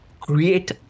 create